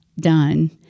done